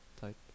type